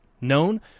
known